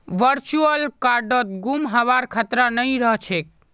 virtual कार्डत गुम हबार खतरा नइ रह छेक